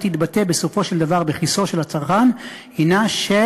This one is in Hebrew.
תתבטא בסופו של דבר בכיסו של הצרכן הנה של